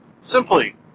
Simply